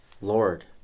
Lord